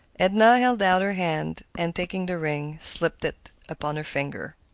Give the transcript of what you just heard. edna held out her hand, and taking the ring, slipped it upon her finger.